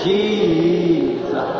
Jesus